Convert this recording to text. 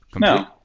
No